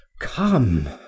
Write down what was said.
come